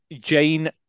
Jane